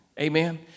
Amen